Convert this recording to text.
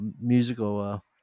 musical